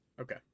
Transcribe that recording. Okay